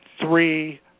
three